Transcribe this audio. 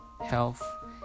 health